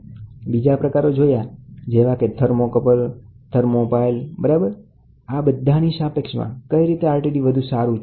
બીજા સેન્સર્સના કયા પ્રકારો જોયાં જેવાકે થર્મોકપલ પછી પાઇલ થર્મોપાઇલ બરાબર આ બધાની સાપેક્ષમાં કઈ રીતે RTD વધુ સારું છે